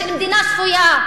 של מדינה שפויה.